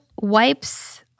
wipes